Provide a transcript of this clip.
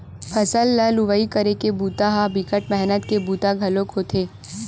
फसल ल लुवई करे के बूता ह बिकट मेहनत के बूता घलोक होथे